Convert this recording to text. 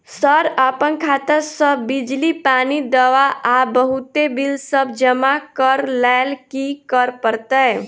Sir अप्पन खाता सऽ बिजली, पानि, दवा आ बहुते बिल सब जमा करऽ लैल की करऽ परतै?